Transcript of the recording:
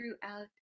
throughout